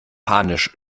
panisch